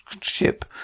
ship